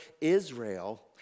Israel